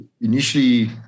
initially